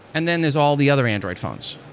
and then there's all the other android phones.